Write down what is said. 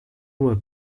were